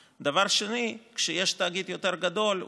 2. כשיש תאגיד יותר גדול,